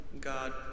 God